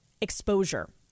exposure